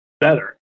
better